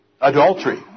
Adultery